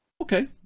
Okay